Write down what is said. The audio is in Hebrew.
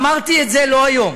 אמרתי את זה לא היום,